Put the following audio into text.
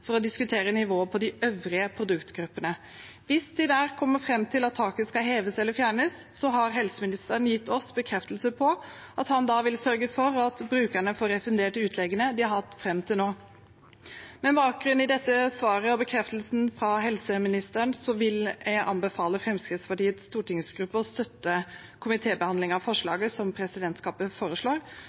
for å diskutere nivået på de øvrige produktgruppene. Hvis de der kommer fram til at taket skal heves eller fjernes, har helseministeren gitt oss bekreftelse på at han da vil sørge for at brukerne får refundert utleggene de har hatt fram til nå. Med bakgrunn i dette svaret og bekreftelsen fra helseministeren vil jeg anbefale Fremskrittspartiets stortingsgruppe å støtte komitébehandling av forslaget, slik presidentskapet foreslår.